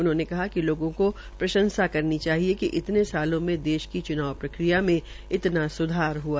उन्होंने कहा कि लोगों को प्रंशसा करनी चाहिए कि इतने सालों में देश की चुनाव प्रक्रिया में इतना स्धार हआ